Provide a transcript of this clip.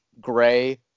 gray